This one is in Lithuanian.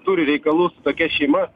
turi reikalų su tokia šeima